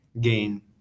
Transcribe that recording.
gain